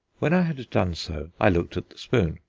when i had done so i looked at the spoon.